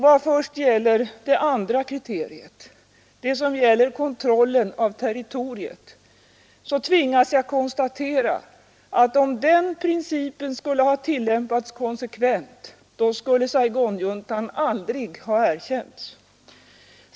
Vad först gäller det andra kriteriet, som gäller kontrollen av territoriet, tvingas jag konstatera att om den principen skulle ha tillämpats konsekvent, skulle Saigonjuntan aldrig ha erkänts.